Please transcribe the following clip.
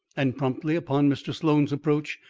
and promptly upon mr. sloan's approach,